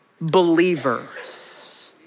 believers